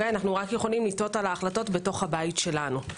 אנו רק יכולים לתהות על ההחלטות בתוך הבית שלנו.